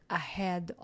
ahead